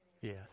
Yes